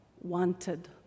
wanted